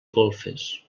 golfes